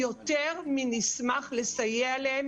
יותר מנשמח לסייע להן,